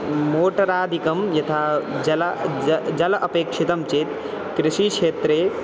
मोटरादिकं यथा जलं ज जलम् अपेक्षितं चेत् कृषिक्षेत्रे